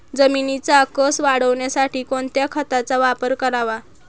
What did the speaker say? जमिनीचा कसं वाढवण्यासाठी कोणत्या खताचा वापर करावा?